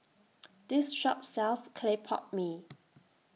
This Shop sells Clay Oot Mee